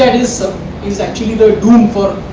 and is so is actually the doom for